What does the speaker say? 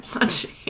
watching